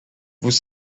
vous